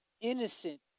innocent